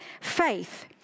faith